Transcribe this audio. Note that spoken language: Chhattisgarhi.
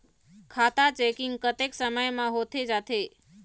खाता चेकिंग कतेक समय म होथे जाथे?